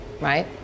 Right